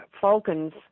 falcons